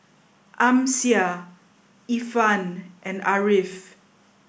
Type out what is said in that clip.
Amsyar Irfan and Ariff